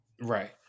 Right